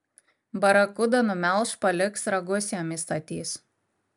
barakuda numelš paliks ragus jam įstatys